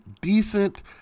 decent